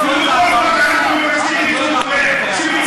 ובכל זאת אנחנו מבקשים ייצוג הולם,